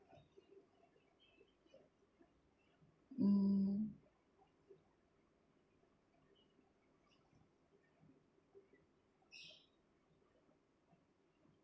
mm